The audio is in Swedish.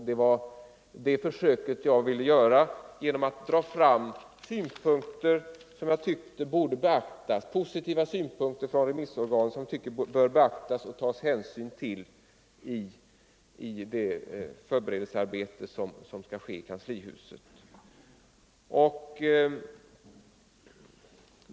Det var också det jag försökte göra genom att framhålla en del positiva synpunkter som remissorganen avgivit och som jag tycker att man bör beakta och ta hänsyn till i det förberedelsearbete som skall ske i kanslihuset.